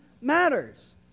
matters